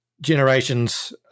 generations